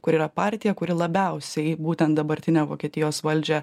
kuri yra partija kuri labiausiai būtent dabartinę vokietijos valdžią